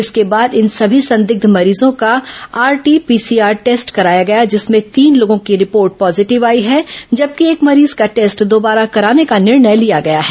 इसके बाद इन सभी संदिग्ध मरीजों का आरटीपीसीआर टेस्ट कराया गया जिसमें दो लोगों की रिपोर्ट पॉजीटिव आई है जबकि एक मरीज का टेस्ट दोबारा कराने का निर्णय लिया गया है